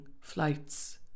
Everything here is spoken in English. flights